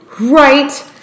right